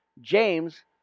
james